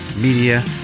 Media